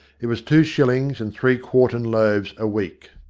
it was two shillings and three quartern loaves a week.